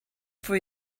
for